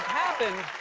happened